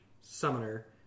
Summoner